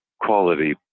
quality